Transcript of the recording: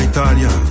Italia